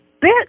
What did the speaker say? bit